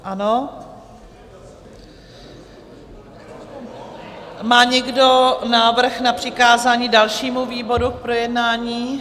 Ano, má někdo návrh na přikázání dalšímu výboru k projednání?